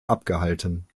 abgehalten